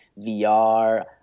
VR